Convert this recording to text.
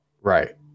Right